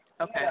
Okay